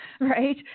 right